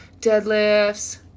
deadlifts